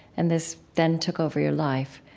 and this then took over your life.